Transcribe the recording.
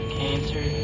cancer